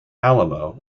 alamo